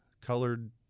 colored